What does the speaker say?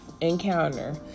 encounter